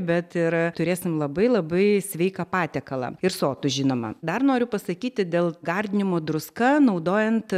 bet ir turėsim labai labai sveiką patiekalą ir sotų žinoma dar noriu pasakyti dėl gardinimo druska naudojant